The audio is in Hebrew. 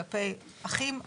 כלפי אחים,